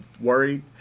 Worried